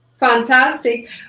Fantastic